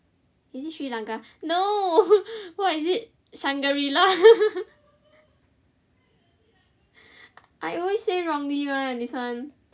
is it Sri Lanka no what is it Shangri-la I always say wrongly [one] this one